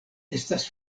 estas